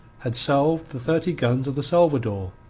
had salved the thirty guns of the salvador,